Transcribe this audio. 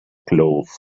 cloth